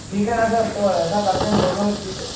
ठीक है न सर तो ऐसा करते हैं दोनों एक दूसरे